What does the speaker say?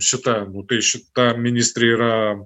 šita nu tai šita ministrė yra